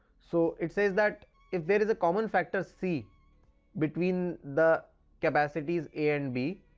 so, it says that if there is a common factor c between the capacities a and b,